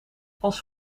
als